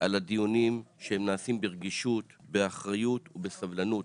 על הדיונים שנעשים ברגישות, באחריות ובסבלנות.